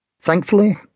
Thankfully